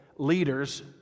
leaders